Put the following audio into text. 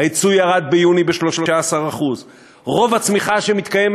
היצוא ירד ביוני ב-13%; רוב הצמיחה שמתקיימת